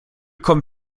kommt